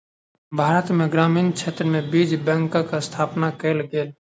भारत में ग्रामीण क्षेत्र में बीज बैंकक स्थापना कयल गेल